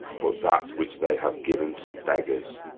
but that which they have given to beggars.